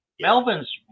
Melvin's